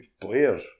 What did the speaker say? players